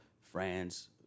friends